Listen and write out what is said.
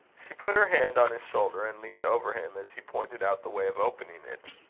she put her hand on his shoulder and leaned over him, as he pointed out the way of opening it.